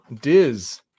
Diz